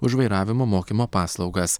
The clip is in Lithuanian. už vairavimo mokymo paslaugas